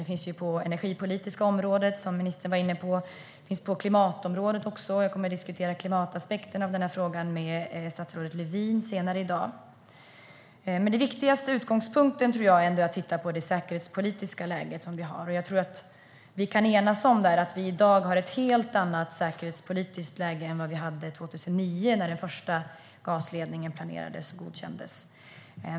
Det finns oro på det energipolitiska området, som ministern var inne på, och jag kommer att diskutera klimataspekten av den här frågan med statsrådet Lövin senare i dag. Men den viktigaste utgångspunkten tror jag ändå är att titta på det säkerhetspolitiska läget. Jag tror att vi kan enas om att vi i dag har ett helt annat säkerhetspolitiskt läge än vad vi hade 2009 när den första gasledningen planerades och godkändes.